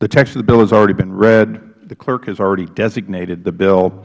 the text of the bill has already been read the clerk has already designated the bill